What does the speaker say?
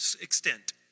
extent